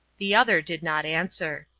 the other did not answer.